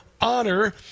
honor